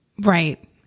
Right